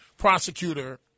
prosecutor